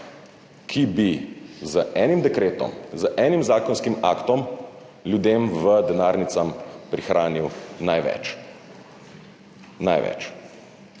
ki bi z enim dekretom, z enim zakonskim aktom ljudem v denarnicah prihranil največ. Največ.